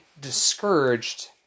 discouraged